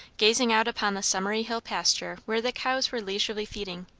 gazing out upon the summery hill pasture where the cows were leisurely feeding.